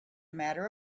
matter